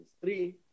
three